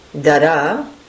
Dada